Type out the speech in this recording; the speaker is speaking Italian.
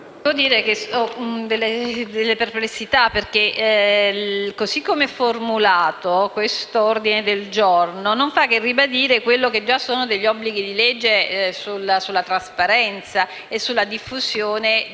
Presidente, ho delle perplessità perché, così come viene riformulato, questo ordine del giorno non fa che ribadire quelli che già sono gli obblighi di legge sulla trasparenza e sulla diffusione dei